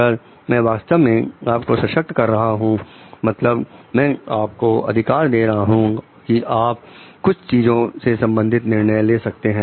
अगर मैं वास्तव में आप को सशक्त कर रहा हूं मतलब मैं आपको अधिकार दे रहा हूं कि आप कुछ चीजों से संबंधित निर्णय ले सकते हैं